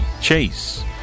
chase